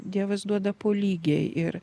dievas duoda po lygiai ir